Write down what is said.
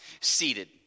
Seated